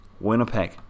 Winnipeg